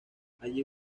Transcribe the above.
allí